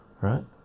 right